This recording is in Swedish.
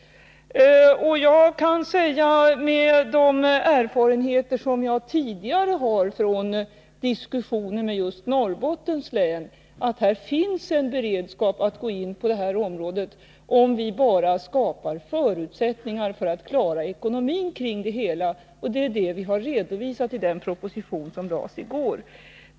Med de erfarenheter som jag har från tidigare diskussioner med just Norrbottens län, kan jag säga att det här finns en beredskap att gå in på detta område, om vi bara skapar förutsättningar för att klara ekonomin. Det är det som vi har redovisat i denna proposition.